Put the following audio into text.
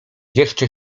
jeszcze